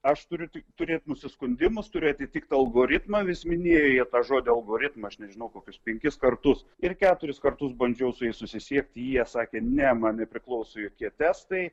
aš turiu tik turėt nusiskundimus turiu atitikt algoritmą vis minėjo jie tą žodį algoritmą aš nežinau kokius penkis kartus ir keturis kartus bandžiau su jais susisiekti jie sakė ne man nepriklauso jokie testai